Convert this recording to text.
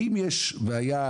האם יש בעיה,